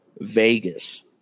Vegas